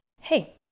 hey